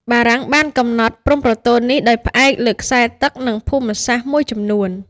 បារាំងបានកំណត់ព្រំប្រទល់នេះដោយផ្អែកលើខ្សែទឹក និងភូមិសាស្ត្រមួយចំនួន។